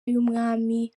y’umwami